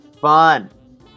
Fun